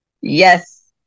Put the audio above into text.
Yes